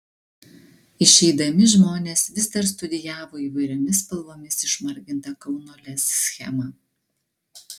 išeidami žmonės vis dar studijavo įvairiomis spalvomis išmargintą kauno lez schemą